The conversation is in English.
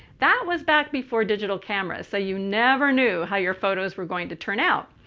that was back before digital cameras. so you never knew how your photos were going to turn out.